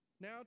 Now